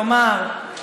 כלומר,